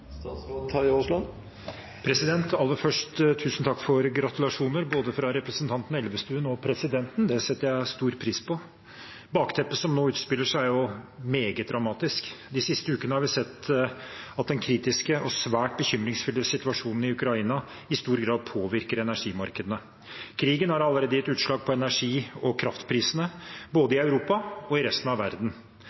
Aller først: Tusen takk for gratulasjoner, både fra representanten Elvestuen og presidenten. Det setter jeg stor pris på. Bakteppet som nå utspiller seg, er meget dramatisk. De siste ukene har vi sett at den kritiske og svært bekymringsfulle situasjonen i Ukraina i stor grad påvirker energimarkedene. Krigen har allerede gitt utslag på energi- og kraftprisene, både i Europa og i resten av verden.